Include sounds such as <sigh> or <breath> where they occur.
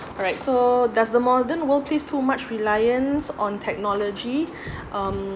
alright so does the modern world place too much reliance on technology <breath> um